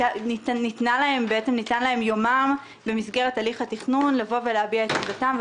ניתן להם יומם במסגרת הליך התכנון להביע את עמדתם,